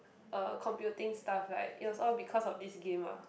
uh computing stuff right it was all because of this game lah